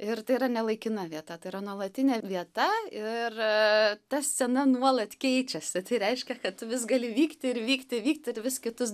ir tai yra ne laikina vieta tai yra nuolatinė vieta ir ta scena nuolat keičiasi tai reiškia kad tu vis gali vykti ir vykti vykti ir vis kitus